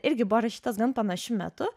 irgi buvo rašytas gan panašiu metu